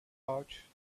pouch